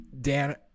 Dan